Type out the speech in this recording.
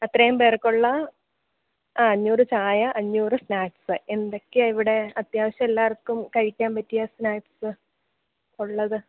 അത്രയും പേർക്ക് ഉള്ള അഞ്ഞൂറ് ചായ അഞ്ഞൂറ് സ്നാക്ക്സ് എന്തൊക്കെയാണ് ഇവിടെ അത്യാവശ്യം എല്ലാവർക്കും കഴിക്കാൻ പറ്റിയ സ്നാക്ക്സ് ഉള്ളത്